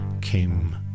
came